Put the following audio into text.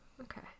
Okay